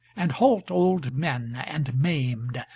and halt old men and maimed,